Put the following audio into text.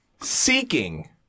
Seeking